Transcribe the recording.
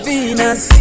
Venus